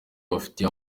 bafatiye